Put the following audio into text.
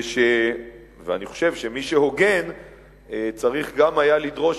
אני חושב שמי שהוגן צריך גם היה לדרוש